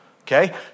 Okay